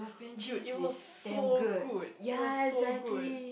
you you're so good you are so good